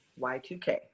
Y2K